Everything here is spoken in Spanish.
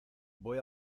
voy